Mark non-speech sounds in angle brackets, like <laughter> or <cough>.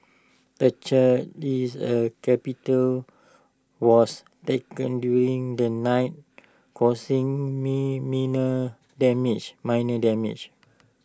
the church is A capital was <unintelligible> during the night causing <unintelligible> damage minor damage